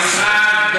המשרד,